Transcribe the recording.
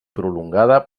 prolongada